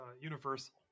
universal